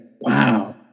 wow